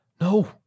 No